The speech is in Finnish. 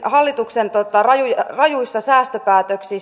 hallituksen rajuja rajuja säästöpäätöksiä